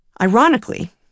Ironically